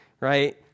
right